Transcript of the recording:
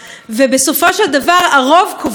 בסופו של דבר "הרוב קובע"